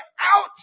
out